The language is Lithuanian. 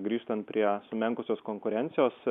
grįžtant prie sumenkusios konkurencijos